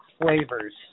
flavors